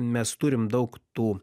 mes turim daug tų